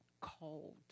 cold